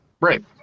Right